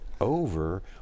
over